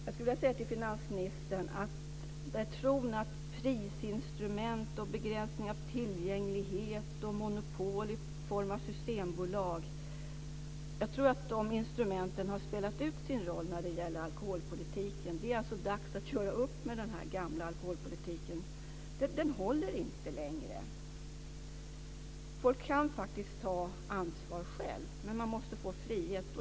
Jag skulle vilja säga till finansministern att jag tror att tron att prisinstrument, begränsning av tillgänglighet och monopol i form av systembolag har spelat ut sin roll när det gäller alkoholpolitiken. Det är alltså dags att göra upp med den gamla alkoholpolitiken. Den håller inte längre. Folk kan faktiskt ta ansvar själva, men man måste få frihet.